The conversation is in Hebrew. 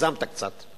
הגזמת קצת.